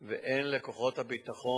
והן לכוחות הביטחון,